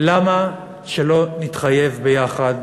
למה שלא נתחייב ביחד,